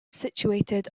situated